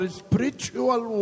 spiritual